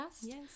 Yes